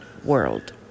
world